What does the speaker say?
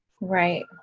Right